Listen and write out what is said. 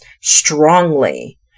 strongly